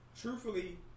truthfully